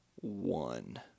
one